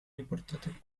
riportate